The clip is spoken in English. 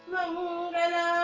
Mangala